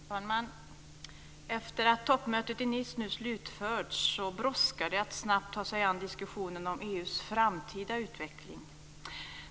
Fru talman! Efter det att toppmötet i Nice nu slutförts brådskar det att snabbt ta sig an diskussionen om EU:s framtida utveckling.